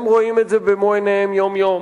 הם רואים את זה במו עיניהם יום-יום.